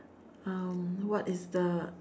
um what is the